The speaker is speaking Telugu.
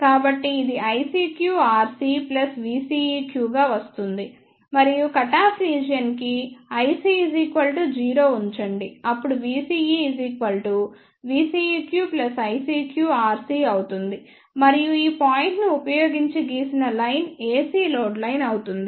కాబట్టి ఇది ICQ rc V CEQ గా వస్తుంది మరియు కటాఫ్ రీజియన్ కి iC 0 ఉంచండి అప్పుడు vCE V CEQICQ rcఅవుతుంది మరియు ఈ పాయింట్ ను ఉపయోగించి గీసిన లైన్ AC లోడ్ లైన్ అవుతుంది